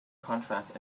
contrast